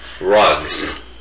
rugs